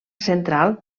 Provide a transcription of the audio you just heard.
central